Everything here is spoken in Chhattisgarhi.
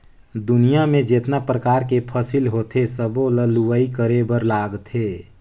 दुनियां में जेतना परकार के फसिल होथे सबो ल लूवाई करे बर लागथे